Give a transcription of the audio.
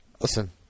Listen